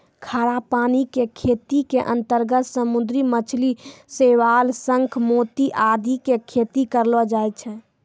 खारा पानी के खेती के अंतर्गत समुद्री मछली, शैवाल, शंख, मोती आदि के खेती करलो जाय छै